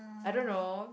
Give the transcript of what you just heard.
I don't know